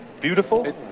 beautiful